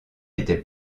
était